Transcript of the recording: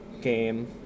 game